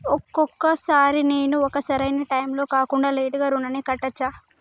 ఒక్కొక సారి నేను ఒక సరైనా టైంలో కాకుండా లేటుగా రుణాన్ని కట్టచ్చా?